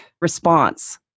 response